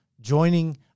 joining